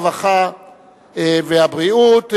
הרווחה והבריאות,